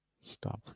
Stop